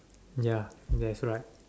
ya that's right